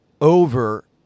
over